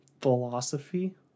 philosophy